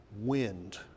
wind